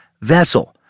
vessel